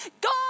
God